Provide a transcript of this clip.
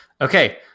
okay